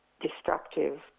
destructive